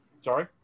Sorry